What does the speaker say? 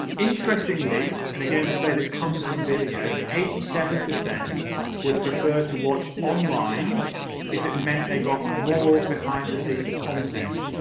interestingly and again, i and say this comes from vimeo eighty seven percent would prefer to watch online if it meant they got more behind-the-scenes content.